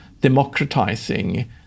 democratizing